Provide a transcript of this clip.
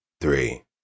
three